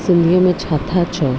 सिंधीअ में छा था चओ